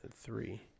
three